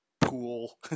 pool